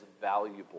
valuable